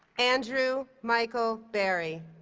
andrew michael barry